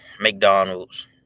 McDonald's